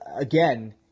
again